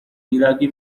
iraqi